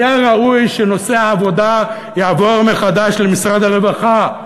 היה ראוי שנושא העבודה יעבור מחדש למשרד הרווחה,